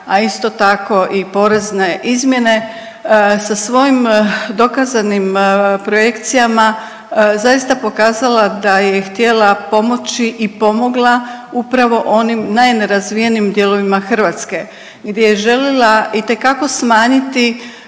a isto tako i porezne izmjene, sa svojim dokazanim projekcijama zaista pokazala da je htjela pomoći i pomogla upravo onim najnerazvijenijim dijelovima Hrvatske gdje je želila itekako smanjiti